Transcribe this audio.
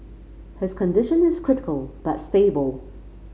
his condition is critical but stable